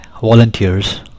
volunteers